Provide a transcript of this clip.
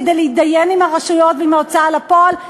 כדי להתדיין עם הרשויות ועם ההוצאה לפועל,